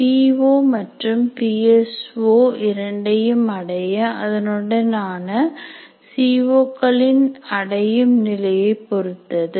பீ O மற்றும் P S O இரண்டையும் அடைய அதனுடனான சி ஓ களின் அடையும் நிலையை பொருத்தது